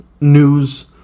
news